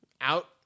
Out